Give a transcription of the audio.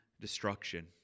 destruction